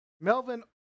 Melvin